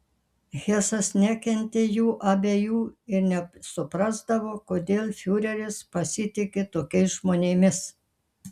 hesas nekentė jų abiejų ir nesuprasdavo kodėl fiureris pasitiki tokiais žmonėmis